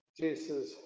Jesus